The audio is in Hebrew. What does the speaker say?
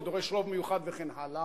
שדורש רוב מיוחד וכן הלאה,